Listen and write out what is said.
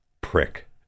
prick